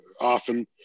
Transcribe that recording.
often